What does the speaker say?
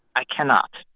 i cannot.